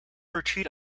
retreat